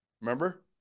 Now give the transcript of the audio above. Remember